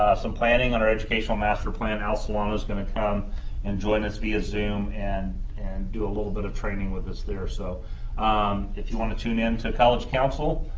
and planning on our educational master plan. al salong is going to come and join us via zoom and and do a little bit of training with us there, so if you want to tune in to college council,